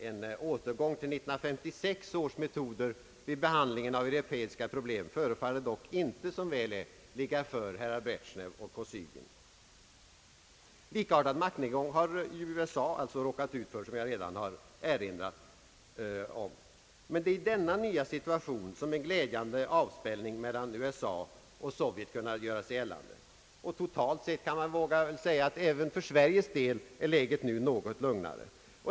En återgång till 1956 års metoder vid behandlingen av europeiska problem förefaller dock inte, som väl är, ligga för herrar Brezjnev och Kosygin. Det är i denna nya situation som en glädjande avspänning mellan USA och Sovjet kunnat göra sig gällande, och totalt sett kan man väl våga säga att även för Sveriges del är läget nu något lugnare.